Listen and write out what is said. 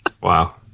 Wow